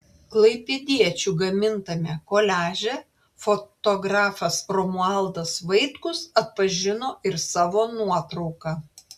klaipėdiečių gamintame koliaže fotografas romualdas vaitkus atpažino ir savo nuotrauką